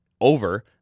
over